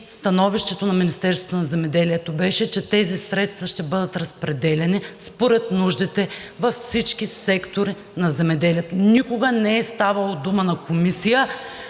становището на Министерството на земеделието беше, че тези средства ще бъдат разпределяни според нуждите във всички сектори на земеделието. Никога не е ставало дума на Комисията